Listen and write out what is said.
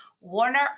Warner